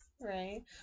Right